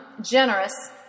generous